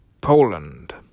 Poland